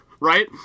Right